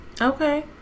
Okay